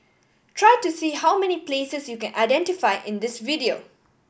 try to see how many places you can identify in this video